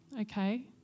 okay